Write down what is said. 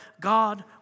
God